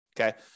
Okay